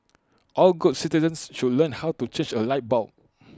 all good citizens should learn how to change A light bulb